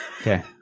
Okay